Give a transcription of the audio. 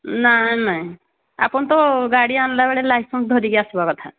ନାଇଁ ନାଇଁ ଆପଣ ତ ଗାଡ଼ି ଆଣିଲା ବେଳେ ଲାଇସେନ୍ସ ଧରିକି ଆସିବା କଥା